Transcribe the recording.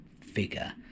figure